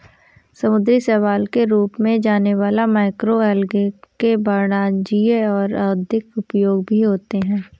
समुद्री शैवाल के रूप में जाने वाला मैक्रोएल्गे के वाणिज्यिक और औद्योगिक उपयोग भी होते हैं